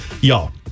Y'all